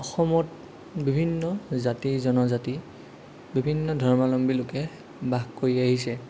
অসমত বিভিন্ন জাতি জনজাতি বিভিন্ন ধৰ্মাৱলম্বী লোকে বাস কৰি আহিছে